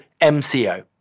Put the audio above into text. MCO